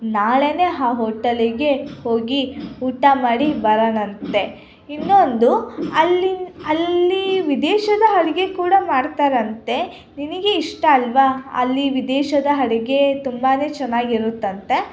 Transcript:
ನಾಳೆಯೇ ಆ ಹೋಟಲಿಗೆ ಹೋಗಿ ಊಟ ಮಾಡಿ ಬರೋಣಂತೆ ಇನ್ನೊಂದು ಅಲ್ಲಿನ ಅಲ್ಲಿ ವಿದೇಶದ ಅಡ್ಗೆ ಕೂಡ ಮಾಡ್ತಾರಂತೆ ನಿನಗೆ ಇಷ್ಟ ಅಲ್ಲವಾ ಅಲ್ಲಿ ವಿದೇಶದ ಅಡಿಗೆ ತುಂಬಾ ಚೆನ್ನಾಗಿರುತ್ತಂತೆ